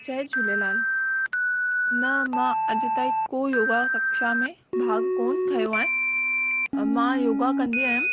जय झूलेलाल न मां अॼु ताईं को योगा कक्षा में भाग कोन्ह खयों आहे मां योगा कंदी हुयमि